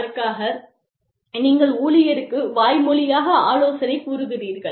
அதற்காக நீங்கள் ஊழியருக்கு வாய்மொழியாக ஆலோசனை கூறுகிறீர்கள்